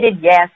yes